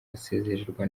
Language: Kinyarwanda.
asezererwa